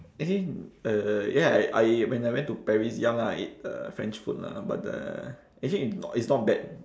actually uh ya I when I went to paris young ah I ate uh french food lah but the actually it it's not bad